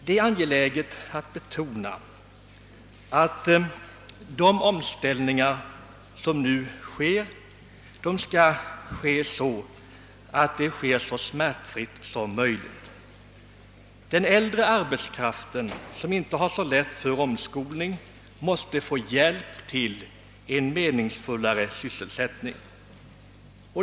Det är angeläget att betona att alla erforderliga omställningar skall företagas så smärtfritt som möjligt. Den äldre arbetskraften, som inte har så lätt för omskolning måste få hjälp till en meningsfullare sysselsättning.